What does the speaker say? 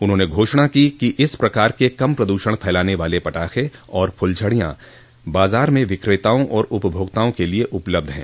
उन्होंने घोषणा की कि इस प्रकार के कम प्रदूषण फैलाने वाले पटाखे और फ़्लझड़ियां बाजार में विक्रेताओं और उपभोक्ताओं के लिए उपलब्ध हैं